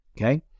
okay